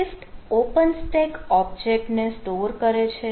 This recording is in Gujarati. સ્વીફ્ટ ઓપન સ્ટેક ઓબ્જેક્ટ ને સ્ટોર કરે છે